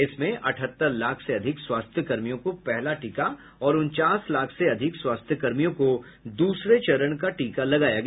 इसमें अठहत्तर लाख से अधिक स्वास्थ्यकर्मियों को पहला टीका और उनचास लाख से अधिक स्वास्थ्यकर्मियों को दूसरे चरण का टीका लगाया गया